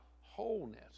wholeness